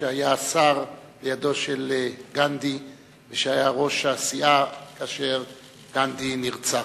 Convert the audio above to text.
שהיה שר לידו של גנדי ושהיה ראש הסיעה כאשר גנדי נרצח.